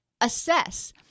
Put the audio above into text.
assess